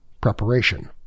preparation